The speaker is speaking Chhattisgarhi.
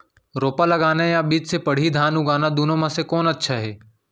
रोपा लगाना या बीज से पड़ही धान उगाना दुनो म से कोन अच्छा हे?